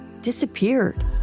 disappeared